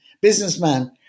businessman